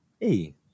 Hey